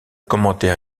commentaire